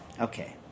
Okay